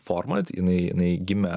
forma jinai jinai gimė